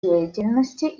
деятельности